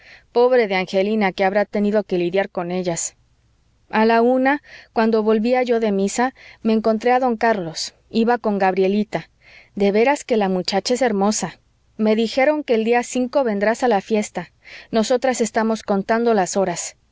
pobre de angelina que habrá tenido que lidiar con ellas a la una cuando volvía yo de misa me encontré a don carlos iba con gabrielita de veras que la muchacha es hermosa me dijeron que el día cinco vendrás a la fiesta nosotras estamos contando las horas